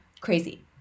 crazy